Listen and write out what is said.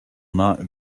not